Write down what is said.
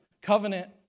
Covenant